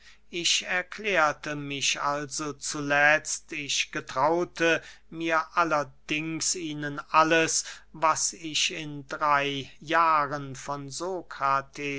ich erklärte mich also zuletzt ich getraute mir allerdings ihnen alles was ich in drey jahren von